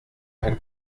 ein